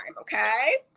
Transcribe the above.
okay